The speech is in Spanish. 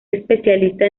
especialista